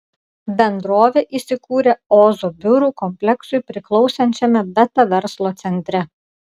bendrovė įsikūrė ozo biurų kompleksui priklausančiame beta verslo centre